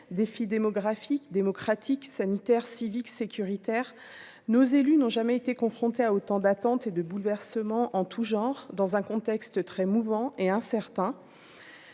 démocratique sanitaire civique sécuritaire nos élus n'ont jamais été confronté à autant d'attente et de bouleversement en tout genre dans un contexte très mouvant et incertain